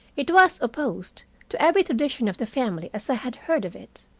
it was opposed to every tradition of the family as i had heard of it.